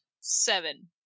seven